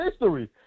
history